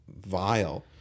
vile